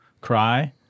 cry